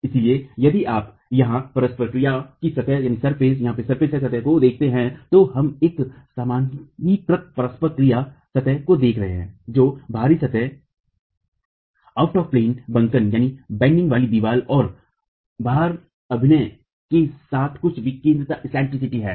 इसलिए यदि आप यहां परस्पर क्रिया की सतह को देखते हैं तो हम एक सामान्यीकृत परस्पर क्रिया सतह को देख रहे हैं जो बहरी सतह बंकन वाली दीवार और भार अभिनय के साथ कुछ विकेंद्रिता है